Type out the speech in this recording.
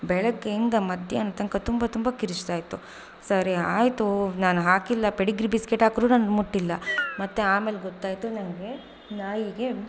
ಬೆಳಗ್ಗೆಯಿಂದ ಮಧ್ಯಾಹ್ನ ತನಕ ತುಂಬ ತುಂಬ ಕಿರ್ಚ್ತಾಯಿತ್ತು ಸರಿ ಆಯಿತು ನಾನು ಹಾಕಿಲ್ಲ ಪೆಡಿಗ್ರಿ ಬಿಸ್ಕೆಟ್ ಹಾಕ್ದ್ರು ನಾನು ಮುಟ್ಟಿಲ್ಲ ಮತ್ತೆ ಆಮೇಲೆ ಗೊತ್ತಾಯಿತು ನನಗೆ ನಾಯಿಗೆ